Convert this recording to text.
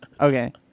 Okay